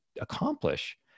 accomplish